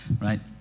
right